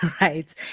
right